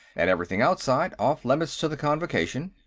and everything outside off limits to the convocation.